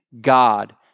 God